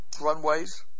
runways